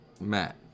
Matt